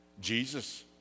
Jesus